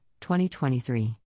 2023